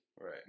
Right